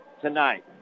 tonight